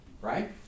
right